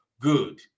good